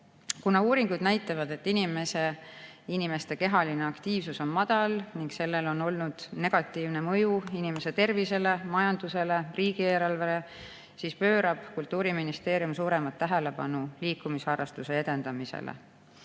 Kuna uuringud näitavad, et inimeste kehaline aktiivsus on madal ning sellel on olnud negatiivne mõju inimese tervisele, majandusele, riigieelarvele, siis pöörab Kultuuriministeerium suuremat tähelepanu liikumisharrastuse edendamisele.